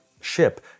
ship